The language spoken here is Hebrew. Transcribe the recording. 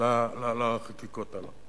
לחקיקות האלה.